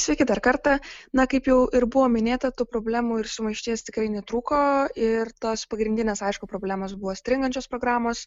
sveiki dar kartą na kaip jau ir buvo minėta tų problemų ir sumaišties tikrai netrūko ir tas pagrindinės aišku problemos buvo stringančios programos